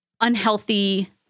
unhealthy